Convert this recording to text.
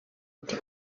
ati